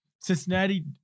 Cincinnati